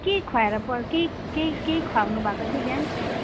के खुवाएर पठ केही केही केही खुवाउनु भएको थियो बिहान